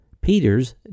Peters